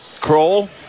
kroll